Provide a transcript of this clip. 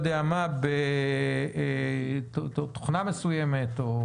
בתוכנה מסוימת.